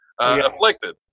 afflicted